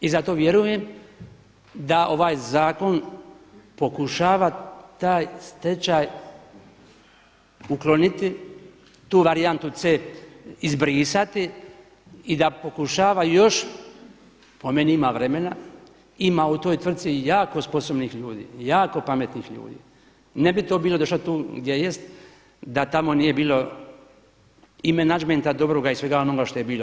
I zato vjerujem da ovaj zakon pokušava taj stečaj ukloniti tu varijantu C izbrisati i da pokušava još po meni ima vremena, ima u toj tvrci jako sposobnih ljudi, jako pametnih ljudi, ne bi to bilo došlo tu gdje jest da tamo nije bilo i menadžmenta dobroga i svega onoga što je bilo.